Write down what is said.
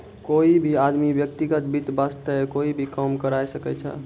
कोई भी आदमी व्यक्तिगत वित्त वास्तअ कोई भी काम करअ सकय छै